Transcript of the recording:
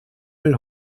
will